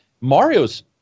Mario's